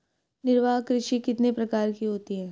निर्वाह कृषि कितने प्रकार की होती हैं?